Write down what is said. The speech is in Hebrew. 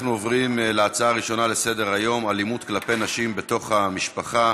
אנחנו עוברים להצעות לסדר-היום: אלימות כלפי נשים בתוך המשפחה,